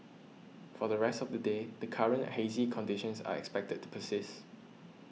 for the rest of the day the current hazy conditions are expected to persist